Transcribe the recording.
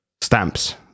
stamps